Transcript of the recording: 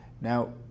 Now